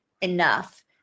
enough